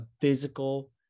physical